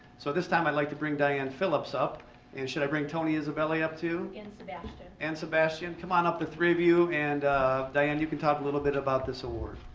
so, this time i'd like to bring diane phillips up and should i bring toni isabelli up too. and sebastian. and sebastian? come on up, the three of you, and diane, you can talk a little bit about this award.